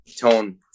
tone